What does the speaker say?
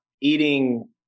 eating